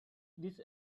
this